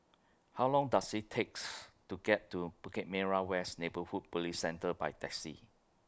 How Long Does IT takes to get to Bukit Merah West Neighbourhood Police Centre By Taxi